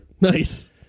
Nice